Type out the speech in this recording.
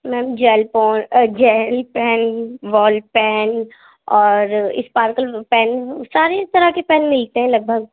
میم gel gel pen وال pen اور sparkle pen سارے اِس طرح کے پین ملتے ہیں لگ بھگ